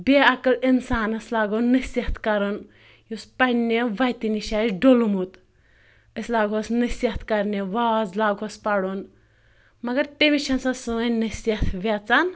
بے عقل اِنسانَس لاگو نصیحت کَرُن یُس پنٛنہِ وَتہِ نِش آسہِ ڈوٚلمُت أسۍ لاگوس نصیحت کَرنہِ واز لاگہوس پَرُن مگر تٔمِس چھَنہٕ سۄ سٲنۍ نصیحت ویٚژان